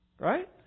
Right